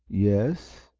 yes?